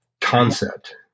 concept